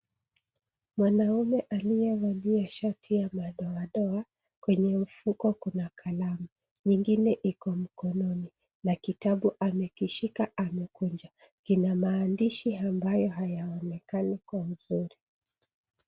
Mwanaume aliyevalia shati ya madoadoa, kwenye mfuko kuna kalamu, nyingine iko mkononi, na kitabu amekishika amekunja, kina maandishi ambayo hayaonekani kwa uzuri.